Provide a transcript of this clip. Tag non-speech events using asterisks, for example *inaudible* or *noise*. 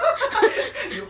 *laughs*